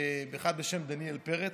אחד בשם דניאל פרץ,